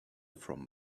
from